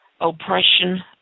oppression